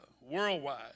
worldwide